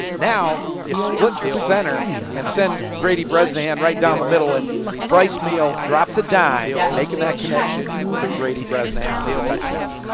now, you split the center and send grady bresnahan right down the middle and bryce meehl drops a dime making that connection to grady bresnahan for the touchdown.